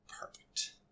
perfect